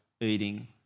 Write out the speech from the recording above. eating